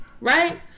Right